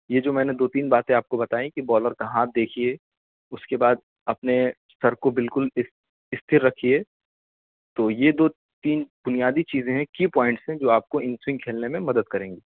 یہ جو میں نے دو تین باتیں آپ کو بتائیں کہ بالر کا ہاتھ دیکھیے اس کے بعد اپنے سر کو بالکل استھر رکھیے تو یہ دو تین بنیادی چیزیں ہیں کی پوائنٹس ہیں جو آپ کو ان سوینگ کھیلنے میں مدد کریں گی